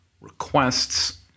requests